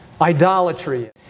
idolatry